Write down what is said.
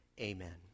Amen